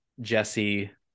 Jesse